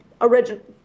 original